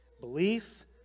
Belief